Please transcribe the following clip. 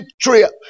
trip